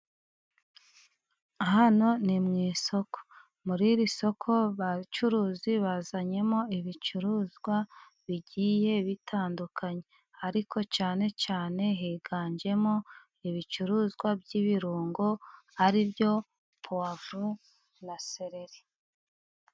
Hano ni mu isoko. Muri iri soko bacuruzi bazanyemo ibicuruzwa bigiye bitandukanye, ariko cyane cyane higanjemo ibicuruzwa by'ibirungo ari byo puwavuro na sereri.